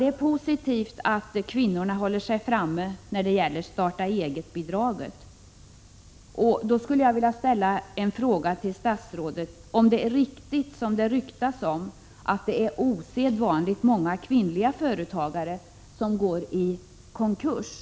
Det är positivt att kvinnorna håller sig framme när det gäller starta-eget-bidraget. Jag skulle vilja fråga statsrådet om det är riktigt, som det ryktas, att osedvanligt många kvinnliga företagare går i konkurs.